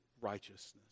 righteousness